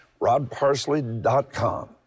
rodparsley.com